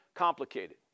complicated